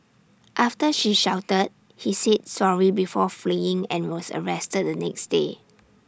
after she shouted he said sorry before fleeing and was arrested the next day